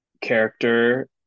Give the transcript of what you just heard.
character